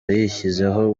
yashyizeho